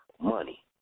money